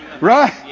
Right